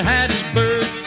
Hattiesburg